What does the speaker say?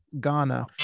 Ghana